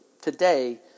today